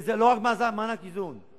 זה לא רק מענק איזון,